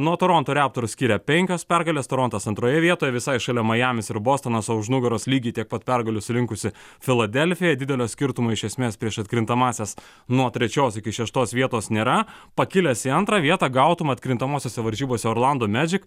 nuo toronto raptors skiria penkios pergalės torontas antroje vietoje visai šalia majamis ir bostonas o už nugaros lygiai tiek pat pergalių surinkusi filadelfija didelio skirtumo iš esmės prieš atkrintamąsias nuo trečios iki šeštos vietos nėra pakilęs į antrą vietą gautum atkrintamosiose varžybose orlando magic